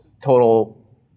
total